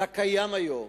לקיים היום.